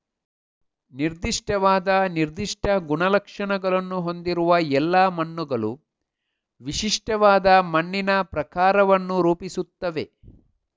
ನಿರ್ದಿಷ್ಟವಾದ ನಿರ್ದಿಷ್ಟ ಗುಣಲಕ್ಷಣಗಳನ್ನು ಹೊಂದಿರುವ ಎಲ್ಲಾ ಮಣ್ಣುಗಳು ವಿಶಿಷ್ಟವಾದ ಮಣ್ಣಿನ ಪ್ರಕಾರವನ್ನು ರೂಪಿಸುತ್ತವೆ